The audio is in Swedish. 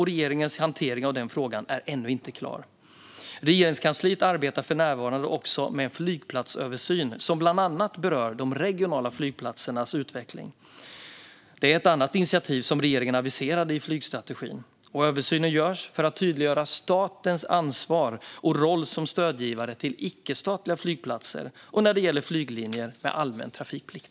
Regeringens hantering av frågan är ännu inte klar. Regeringskansliet arbetar för närvarande också med en flygplatsöversyn som bland annat berör de regionala flygplatsernas utveckling. Detta är ett annat initiativ som regeringen aviserade i flygstrategin. Översynen görs för att tydliggöra statens ansvar och roll som stödgivare till icke-statliga flygplatser samt när det gäller flyglinjer med allmän trafikplikt.